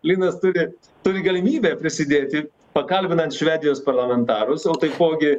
linas turi turi galimybę prisidėti pakalbinant švedijos parlamentarus o taipogi